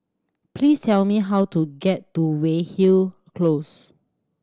please tell me how to get to Weyhill Close